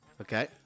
Okay